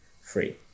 free